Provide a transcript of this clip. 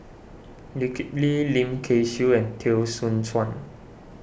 Lee Kip Lee Lim Kay Siu and Teo Soon Chuan